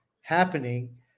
happening